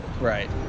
right